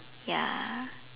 ya